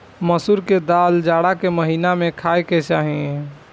मसूर के दाल जाड़ा के महिना में खाए के चाही